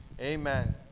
Amen